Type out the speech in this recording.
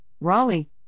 Raleigh